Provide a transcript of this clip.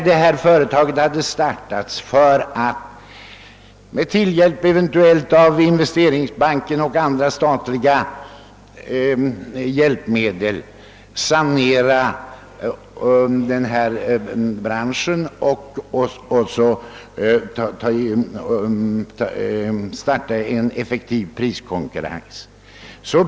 Detta företag startades för att — eventuellt med hjälp av Investeringsbanken och andra statliga insatser — sanera denna bransch och åstadkomma en effektiv priskonkurrens.